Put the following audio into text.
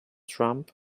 trump